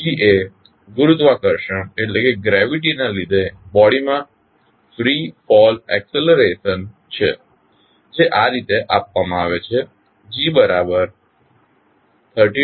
g એ ગુરુત્વાકર્ષણ gravity ને લીધી બોડીમાં ફ્રી ફોલ એકસ્લેરેશન છે જે આ રીતે આપવામાં આવે છે g બરાબર 32